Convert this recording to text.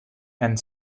and